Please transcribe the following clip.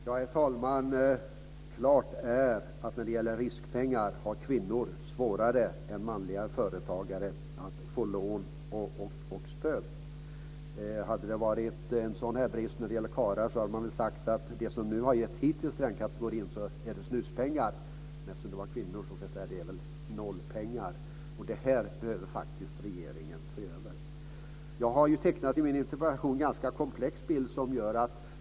Herr talman! Klart är att när det gäller riskpengar har kvinnor större svårigheter än manliga företagare att få lån och stöd. Hade det varit en sådan brist när det gäller karlar hade man väl sagt att det som getts hittills till den kategorin är snuspengar. För kvinnor är det väl nålpengar. Detta behöver regeringen faktiskt se över. I min interpellation tecknar jag en ganska komplex bild.